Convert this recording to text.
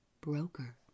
Broker